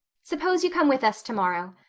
suppose you come with us tomorrow.